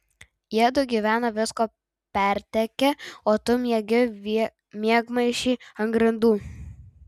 jiedu gyvena visko pertekę o tu miegi miegmaišy ant grindų